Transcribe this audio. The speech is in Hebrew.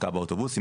השקעה באוטובוסים,